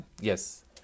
yes